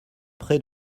près